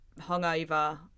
hungover